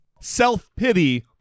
self-pity